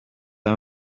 are